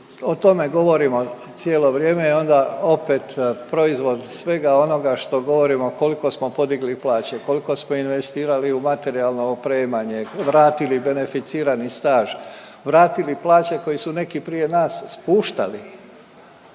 o tome govorimo cijelo vrijeme i onda opet proizvod svega onoga što govorimo, koliko smo podigli plaće, koliko smo investirali u materijalno opremanje, vratili beneficirani staž, vratili plaće koje su neki prije nas spuštali